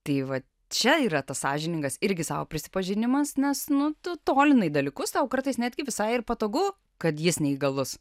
tai va čia yra tas sąžiningas irgi sau prisipažinimas nes nu tu tolinai dalykus tau kartais netgi visai ir patogu kad jis neįgalus